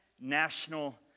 national